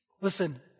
Listen